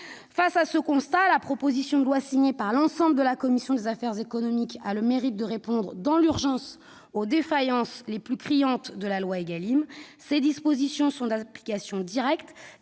Face à ce constat, la proposition de loi, signée par l'ensemble des membres de la commission des affaires économiques, a le mérite de répondre dans l'urgence aux défaillances les plus criantes de la loi Égalim. Ses dispositions sont d'application directe